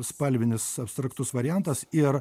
spalvinis abstraktus variantas ir